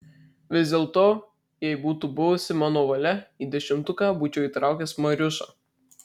vis dėlto jei būtų buvusi mano valia į dešimtuką būčiau įtraukęs mariušą